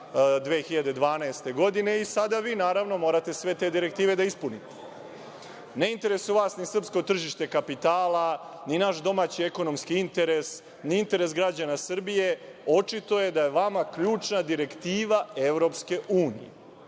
2012. godine i sada vi, naravno, morate sve te direktive da ispunite. Ne interesuje vas ni srpsko tržište kapitala, ni naš domaći ekonomski interes, ni interes građana Srbije, očito je da je vama ključna direktiva Evropske unije.